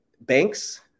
banks